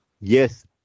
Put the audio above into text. yes